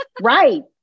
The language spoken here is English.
Right